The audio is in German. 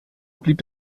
blieb